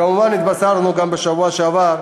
כמובן התבשרנו גם בשבוע שעבר,